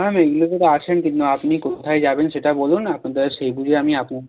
হ্যাঁ ম্যাম আপনি কোথায় যাবেন সেটা বলুন সেই বুঝে আমি আপনা